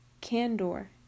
Candor